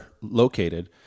located